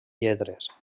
lletres